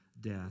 death